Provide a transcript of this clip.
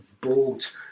bought